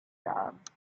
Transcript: jobs